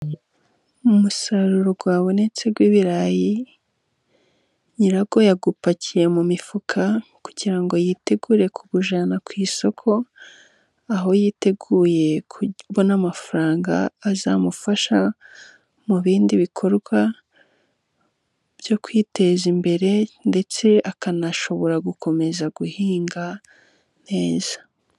Umusaruro wabonetse w'ibirayi, nyirawo yawupakiye mu mifuka, kugira ngo yitegure kuwujyana ku isoko, aho yiteguye kubona amafaranga azamufasha mu bindi bikorwa byo kwiteza imbere ndetse akanashobora gukomeza guhinga neza.